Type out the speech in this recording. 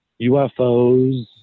ufos